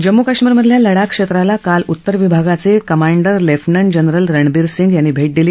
जम्मू कश्मीरमधल्या लडाख क्षेत्राला काल उत्तर विभागाचे commander lieutenant general Ranbir Singh यांनी भेट दिली